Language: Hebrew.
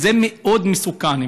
וזה מאוד מסוכן.